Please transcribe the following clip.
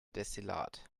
destillat